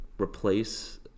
replace